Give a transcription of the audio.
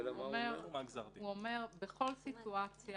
הוא אומר שבכל סיטואציה